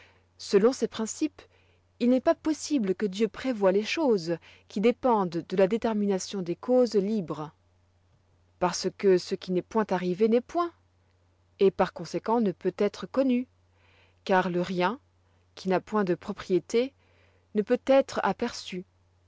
selon ses principes il n'est pas possible que dieu prévoie les choses qui dépendent de la détermination des causes libres parce que ce qui n'est point arrivé n'est point et par conséquent ne peut être connu car le rien qui n'a point de propriétés ne peut être aperçu